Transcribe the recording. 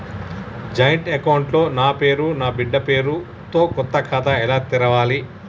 Joint account లో నా పేరు నా బిడ్డే పేరు తో కొత్త ఖాతా ఎలా తెరవాలి?